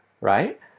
right